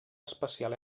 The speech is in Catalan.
especial